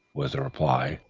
was the reply,